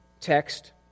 text